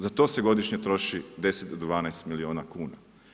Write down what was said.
Za to se godišnje troši 10 do 12 milijuna kuna.